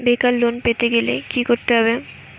বেকার লোন পেতে গেলে কি করতে হবে?